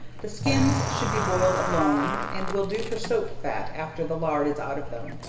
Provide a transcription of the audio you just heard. the skins should be boiled alone, and will do for soap-fat after the lard is out of them.